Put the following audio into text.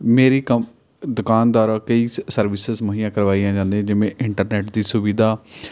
ਮੇਰੀ ਕਮ ਦੁਕਾਨ ਦੁਆਰਾ ਕਈ ਸਰਵਿਸਜ਼ ਮੁਹੱਈਆ ਕਰਵਾਈਆਂ ਜਾਂਦੀਆਂ ਜਿਵੇਂ ਇੰਟਰਨੈੱਟ ਦੀ ਸੁਵਿਧਾ